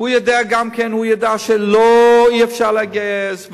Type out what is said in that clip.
הוא ידע גם כן שאי-אפשר לגייס,